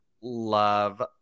Love